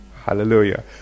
Hallelujah